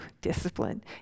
Discipline